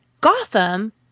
Gotham